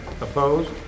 Opposed